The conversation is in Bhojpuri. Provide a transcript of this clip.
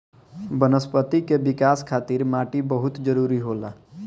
वनस्पति के विकाश खातिर माटी बहुत जरुरी होला